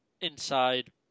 inside